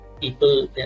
people